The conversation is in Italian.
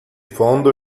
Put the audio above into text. fondo